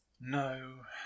No